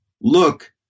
Look